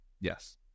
Yes